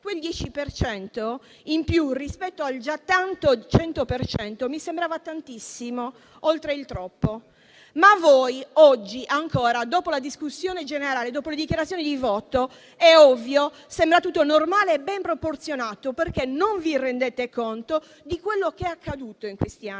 cento in più, rispetto al già tanto 100 per cento, mi sembrava tantissimo, oltre il troppo". Ma a voi oggi ancora, dopo la discussione generale e dopo le dichiarazioni di voto - è ovvio - sembra tutto normale e ben proporzionato, perché non vi rendete conto di quello che è accaduto in questi anni.